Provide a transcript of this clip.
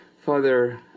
father